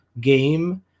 game